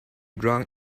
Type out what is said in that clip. run